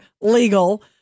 legal